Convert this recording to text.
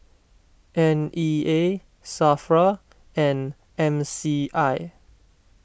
N E A Safra and M C I